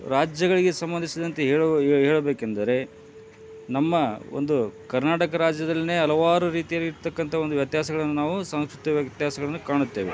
ರಾಜ್ಯಗಳಿಗೆ ಸಂಬಂಧಿಸಿದಂತೆ ಹೇಳು ಈಗ ಹೇಳಬೇಕೆಂದರೆ ನಮ್ಮ ಒಂದು ಕರ್ನಾಟಕ ರಾಜ್ಯದಲ್ಲೇನೆ ಹಲವಾರು ರೀತಿಯಲ್ಲಿ ಇರ್ತಕ್ಕಂಥ ಒಂದು ವ್ಯತ್ಯಾಸಗಳನ್ನು ನಾವು ಸಂಕ್ಷಿಪ್ತವಾಗಿ ವ್ಯತ್ಯಾಸಗಳನ್ನ ಕಾಣುತ್ತೇವೆ